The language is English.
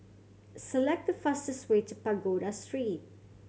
select the fastest way to Pagoda Street